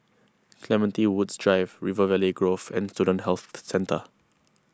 Clementi Woods Drive River Valley Grove and Student Health Centre